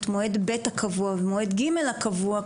את מועד ב' הקבוע ומועד ג' הקבוע,